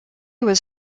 was